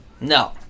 No